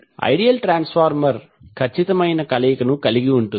ideal transformer ఖచ్చితమైన కలయికను కలిగి ఉంటుంది